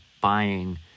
buying